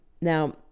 Now